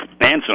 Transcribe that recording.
Answer